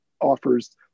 offers